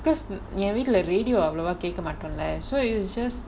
because என் வீட்டுல:yaen veetula radio அவலவா கேக்க மாடேன்ல:avalava keka maataenla so it was just